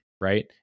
Right